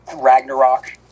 Ragnarok